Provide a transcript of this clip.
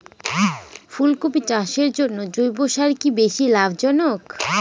ফুলকপি চাষের জন্য জৈব সার কি বেশী লাভজনক?